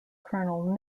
colonel